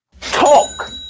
talk